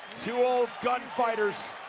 two old gunfighters,